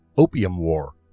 opium war